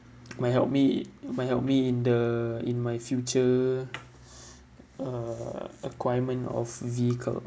might help me might help me in the in my future uh acquirement of vehicle